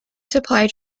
supply